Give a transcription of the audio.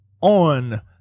on